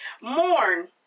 Mourn